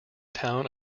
town